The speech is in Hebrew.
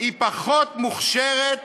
היא פחות מוכשרת